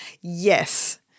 Yes